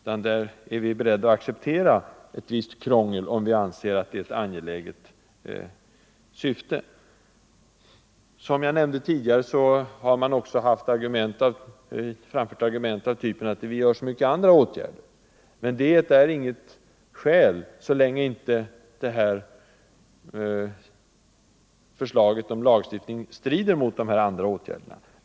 Vi är beredda att ta ett visst krångel, om vi anser att syftet är angeläget. Som jag nämnde tidigare, har man också framfört argument av typen 39 att vi vidtar så många andra åtgärder. Men det är inget skäl så länge inte förslaget om lagstiftning strider mot de andra åtgärderna.